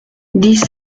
dix